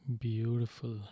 beautiful